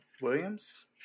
Williams